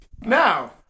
Now